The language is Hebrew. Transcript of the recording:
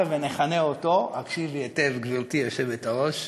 הבה ונכנה אותו, הקשיבי היטב, גברתי היושבת-ראש,